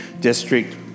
district